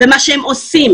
במה שהם עושים.